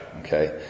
Okay